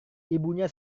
ibunya